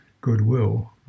goodwill